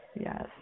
Yes